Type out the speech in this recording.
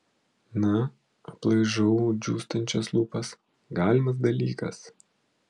na aplaižau džiūstančias lūpas galimas dalykas